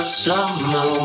summer